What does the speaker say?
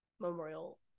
Memorial